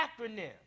acronym